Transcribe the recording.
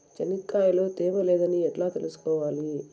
చెనక్కాయ లో తేమ లేదని ఎట్లా తెలుసుకోవాలి?